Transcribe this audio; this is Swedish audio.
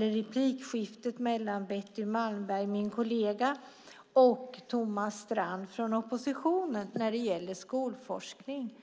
replikskiftet mellan min kollega Betty Malmberg och Thomas Strand från oppositionen när det gäller skolforskning.